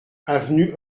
avenue